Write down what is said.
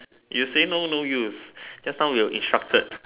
you say no no use just now we were instructed